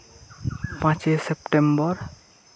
ᱯᱟᱸᱪᱚᱭ ᱥᱮᱯᱴᱮᱢᱵᱚᱨ